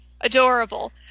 Adorable